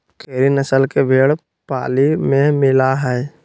खेरी नस्ल के भेंड़ पाली में मिला हई